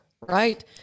right